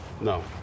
No